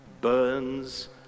burns